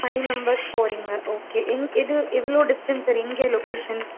five members போகிறீங்க okay எங் எது எவ்வளோ டிஸ்டன்ஸ் சார் எங்கே லொகேஷன்